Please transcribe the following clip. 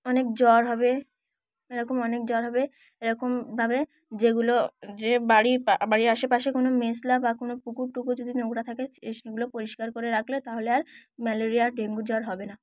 অনেক জ্বর হবে এরকম অনেক জ্বর হবে এরকমভাবে যেগুলো যে বাড়ি বাড়ির আশেপাশে কোনো মেশলা বা কোনো পুকুর টুকুর যদি নোংরা থাকে সেগুলো পরিষ্কার করে রাখলে তাহলে আর ম্যালেরিয়া ডেঙ্গু জ্বর হবে না